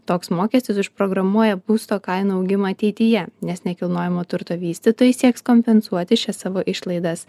toks mokestis užprogramuoja būsto kainų augimą ateityje nes nekilnojamo turto vystytojai sieks kompensuoti šias savo išlaidas